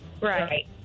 Right